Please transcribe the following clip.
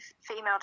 female